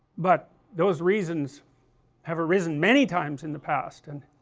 but, those reasons have arisen many times in the past, and